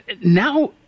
now